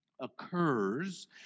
occurs